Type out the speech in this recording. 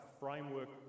framework